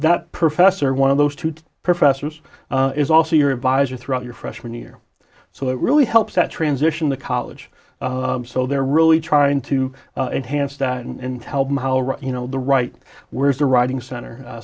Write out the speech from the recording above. that professor one of those two professors is also your advisor throughout your freshman year so it really helps that transition the college so they're really trying to enhance that and tell them how you know the right where's the writing center